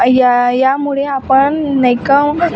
या या मुळे आपण नाही का